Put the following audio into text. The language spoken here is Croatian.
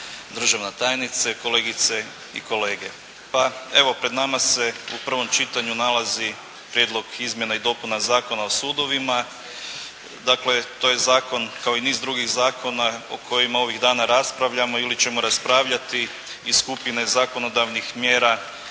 državna tajnice, kolegice i kolege. Pa evo pred nama se u prvom čitanju nalazi Prijedlog izmjena i dopuna Zakona o sudovima, dakle, to je zakon kao i niz drugih zakona o kojima ovih dana raspravljamo ili ćemo raspravljati iz skupine zakonodavnih mjera